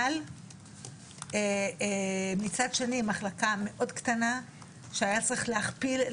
אבל מצד שני זו מחלקה מאוד קטנה שהיה צריך להכפיל,